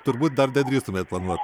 turbūt dar nedrįstumėt planuot